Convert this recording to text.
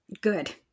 Good